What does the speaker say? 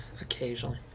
occasionally